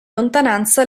lontananza